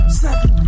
seven